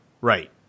right